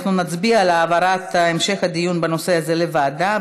אנחנו נצביע על העברת המשך הדיון בנושא הזה לוועדה.